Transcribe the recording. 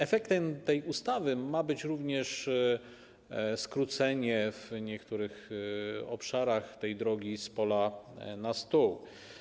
Efektem tej ustawy ma być również skrócenie w niektórych obszarach drogi z pola na stół.